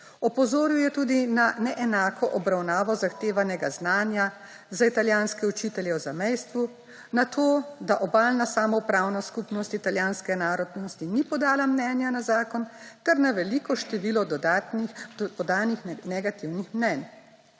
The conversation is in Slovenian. Opozoril je tudi na neenako obravnavo zahtevanega znanja za italijanske učitelje v zamejstvu, na to, da Obalna samoupravna skupnost italijanske narodnosti ni podala mnenja na zakon, ter na veliko število dodatnih podanih negativnih mnenj.